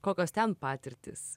kokios ten patirtys